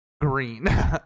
green